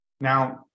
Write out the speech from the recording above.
now